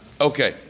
Okay